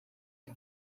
the